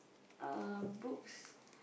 uh books